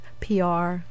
PR